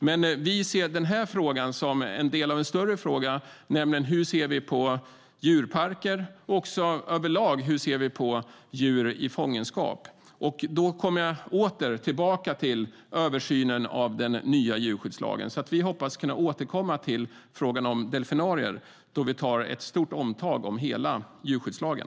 Men vi ser den här frågan som en del av en större fråga, nämligen hur vi ser på djurparker och hur vi över lag ser på djur i fångenskap. Då kommer jag åter tillbaka till översynen av den nya djurskyddslagen. Vi hoppas kunna återkomma till frågan om delfinarier då vi tar ett stort omtag om hela djurskyddslagen.